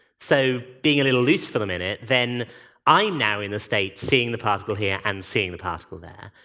so, being a little loose for the minute, then i'm now in the state seeing the particle here and seeing the particle there.